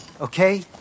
okay